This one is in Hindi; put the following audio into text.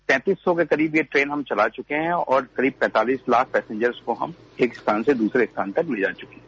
तैंतीस सौ के करीब यह ट्रेन हम चला चूके हैं और करीब पैंतालीस लाख पैंसेजर्स को हम एक स्थान से दूसरे स्थान तक ले जा चूके हैं